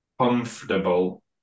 comfortable